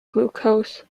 glucose